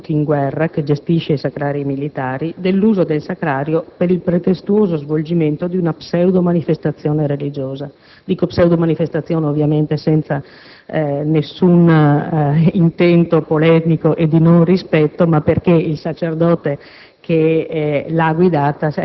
al Comitato per l'onore dei caduti in guerra, che gestisce i Sacrari militari, dell'uso del Sacrario per il pretestuoso svolgimento di una pseudomanifestazione religiosa. Dico «pseudomanifestazione» senza ovviamente alcuno intento polemico e di non rispetto, ma perché il sacerdote